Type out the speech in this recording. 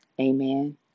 amen